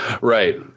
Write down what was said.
Right